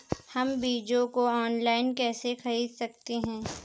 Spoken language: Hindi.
हम बीजों को ऑनलाइन कैसे खरीद सकते हैं?